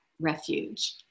refuge